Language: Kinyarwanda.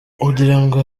kugirango